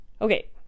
Okay